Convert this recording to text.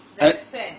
Listen